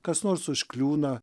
kas nors užkliūna